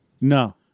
No